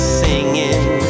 singing